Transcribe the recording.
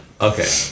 Okay